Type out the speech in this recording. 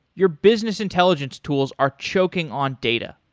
your business intelligence tools are choking on data.